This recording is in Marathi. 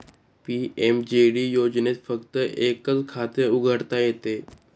पी.एम.जे.डी योजनेत फक्त एकच खाते उघडता येते